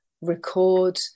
record